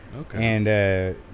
Okay